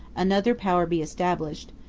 another power be established,